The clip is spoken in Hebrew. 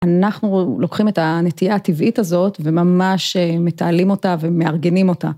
אנחנו לוקחים את הנטייה הטבעית הזאת וממש מתעלים אותה ומארגנים אותה.